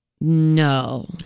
No